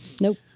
Nope